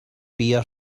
beer